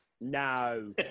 No